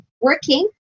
working